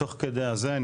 תוך כדי הזה.